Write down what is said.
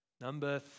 Number